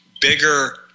bigger